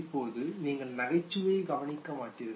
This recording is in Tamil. இப்போது நீங்கள் நகைச்சுவையை கவனிக்க மாட்டீர்கள்